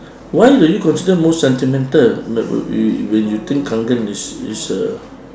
why do you consider most sentimental when you think kangen is is a